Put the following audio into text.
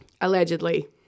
Allegedly